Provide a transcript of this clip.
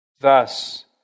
Thus